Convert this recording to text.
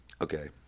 Okay